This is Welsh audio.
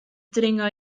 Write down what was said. dringo